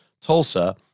Tulsa